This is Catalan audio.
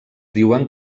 diuen